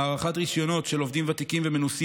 הארכת רישיונות של עובדים ותיקים ומנוסים